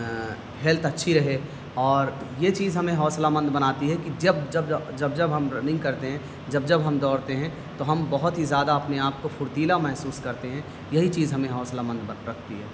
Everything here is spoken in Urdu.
ہیلتھ اچھی رہے اور یہ چیز ہمیں حوصلہ مند بناتی ہے کہ جب جب جب جب ہم رننگ کرتے ہیں جب جب ہم دوڑتے ہیں تو ہم بہت ہی زیادہ اپنے آپ کو فرتیلا محسوس کرتے ہیں یہی چیز ہمیں حوصلہ مند رکھتی ہے